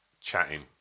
chatting